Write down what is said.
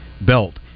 Belt